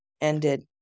ended